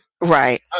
Right